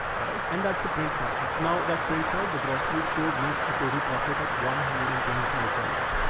all right. and that's the print function. now that prints out the grocery store makes a total profit of one hundred and twenty five dollars.